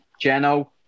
Geno